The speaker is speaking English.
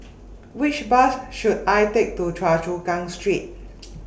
Which Bus should I Take to Choa Chu Kang Street